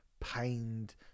pained